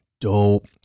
Dope